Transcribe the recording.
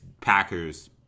packers